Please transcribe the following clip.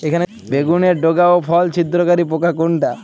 বেগুনের ডগা ও ফল ছিদ্রকারী পোকা কোনটা?